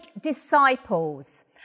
disciples